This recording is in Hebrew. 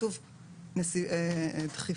כתוב דחיפות.